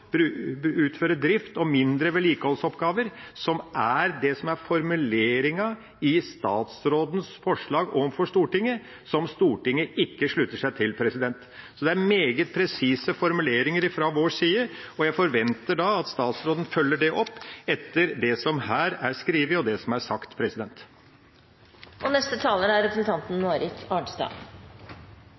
i statsrådens forslag overfor Stortinget, som Stortinget ikke slutter seg til. Så det er meget presise formuleringer fra vår side, og jeg forventer at statsråden følger det opp – etter det som her er skrevet, og det som er sagt.